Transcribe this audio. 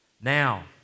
Now